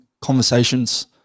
conversations